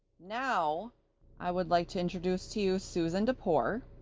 now i would like to introduce to you susan dupor,